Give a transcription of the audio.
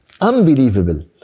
unbelievable